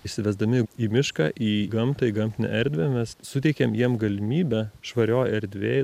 išsivesdami į mišką į gamtą į gamtinę erdvę mes suteikiam jiem galimybę švarioj erdvėj